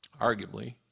arguably